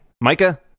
Micah